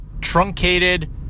truncated